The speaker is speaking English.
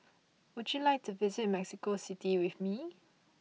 would you like to visit Mexico City with me